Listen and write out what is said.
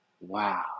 Wow